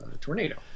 tornado